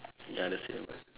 ya the same